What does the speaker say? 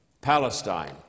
Palestine